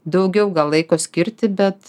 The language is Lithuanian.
daugiau gal laiko skirti bet